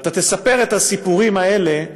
ואתה תספר את הסיפורים האלה,